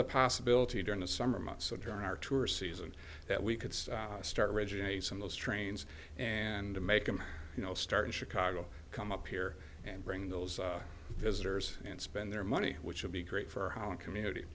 the possibility during the summer months during our tourist season that we could start reginae some those trains and make them you know start in chicago come up here and bring those visitors and spend their money which would be great for home community